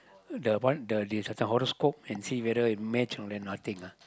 the one the this there's a horoscope and see whether it match or then nothing lah